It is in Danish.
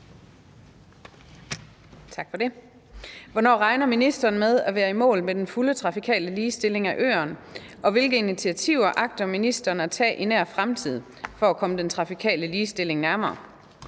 Tak for det. Hvornår regner ministeren med at være i mål med den fulde trafikale ligestilling af øerne, og hvilke initiativer agter ministeren at tage i nær fremtid for at komme den trafikale ligestilling nærmere?